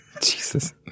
Jesus